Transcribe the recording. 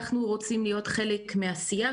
אנחנו רוצים להיות חלק מהשיח,